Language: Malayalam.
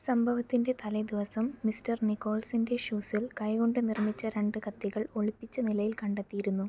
സംഭവത്തിൻ്റെ തലേദിവസം മിസ്റ്റർ നിക്കോൾസിൻ്റെ ഷൂസിൽ കൈ കൊണ്ട് നിർമ്മിച്ച രണ്ട് കത്തികൾ ഒളിപ്പിച്ച നിലയിൽ കണ്ടെത്തിയിരുന്നു